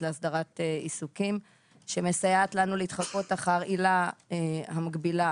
לאסדרת עיסוקים שמסייעת לנו להתחקות אחר עילה המקבילה,